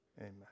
Amen